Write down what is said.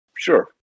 Sure